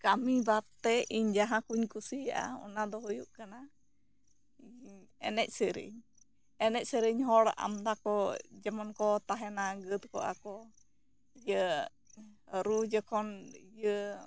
ᱠᱟᱹᱢᱤ ᱵᱟᱛ ᱛᱮ ᱤᱧ ᱡᱟᱦᱟᱸ ᱠᱩᱧ ᱠᱩᱥᱤᱭᱟᱜᱼᱟ ᱚᱱᱟ ᱫᱚ ᱦᱩᱭᱩᱜ ᱠᱟᱱᱟ ᱮᱱᱮᱡ ᱥᱮᱨᱮᱧ ᱮᱱᱮᱡ ᱥᱮᱨᱮᱧ ᱦᱚᱲ ᱟᱢᱫᱚ ᱠᱚ ᱡᱮᱢᱚᱱ ᱠᱚ ᱛᱟᱦᱮᱱᱟ ᱜᱟᱹᱫᱽ ᱠᱚᱣᱟ ᱠᱚ ᱤᱭᱟᱹ ᱨᱩ ᱡᱚᱠᱷᱚᱱ ᱤᱭᱟᱹ